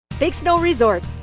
big snow resort.